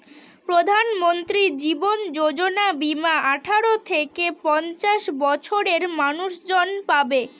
প্রধানমন্ত্রী জীবন যোজনা বীমা আঠারো থেকে পঞ্চাশ বছরের মানুষজন পাবে